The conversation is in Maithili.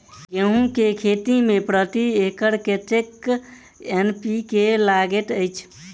गेंहूँ केँ खेती मे प्रति एकड़ कतेक एन.पी.के लागैत अछि?